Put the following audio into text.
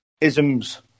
isms